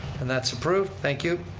and that's approved, thank you.